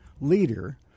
leader